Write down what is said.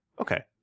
Okay